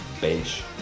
bench